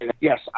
Yes